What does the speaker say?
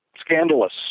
scandalous